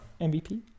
MVP